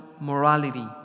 morality